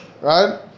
right